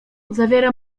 zawiera